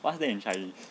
what's that in chinese